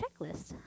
checklist